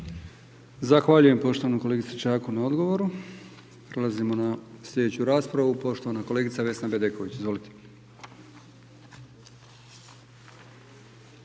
Zahvaljujem poštovanom kolegi Željku Jovanoviću. Prelazimo na slijedeću raspravu, poštovani kolega Ante Bačić, izvolite.